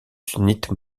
sunnites